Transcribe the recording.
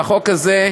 והחוק הזה,